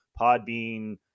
podbean